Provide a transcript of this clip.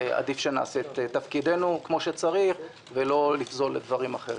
עדיף שנעשה את תפקידנו כפי שצריך ולא לפזול לדברים אחרים.